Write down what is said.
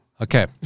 Okay